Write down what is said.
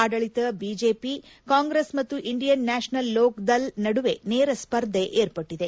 ಆಡಳಿತ BJP Congress ಮತ್ತು Indian National Lok Dal ನಡುವೆ ನೇರ ಸ್ಪರ್ಧೆ ಏರ್ಪಟ್ಟಿದೆ